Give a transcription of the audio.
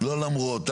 לא למרות.